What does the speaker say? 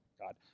God